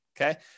okay